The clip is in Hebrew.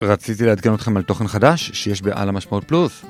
רציתי לעדכן אתכם על תוכן חדש שיש בעל המשמורת פלוס